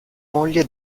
moglie